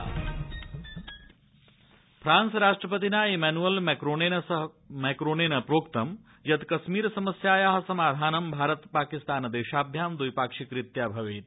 प्रधानमंत्री फ्रांसम् फ्रांस राष्ट्रपतिना इमैनुअल मैक्रोनेन प्रोक्तं यत् कश्मीर समस्यायाः समाधानं भारत पाकिस्तान देशाभ्यां द्विपाक्षिकरीत्या भवेत्